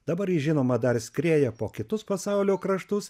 dabar jis žinoma dar skrieja po kitus pasaulio kraštus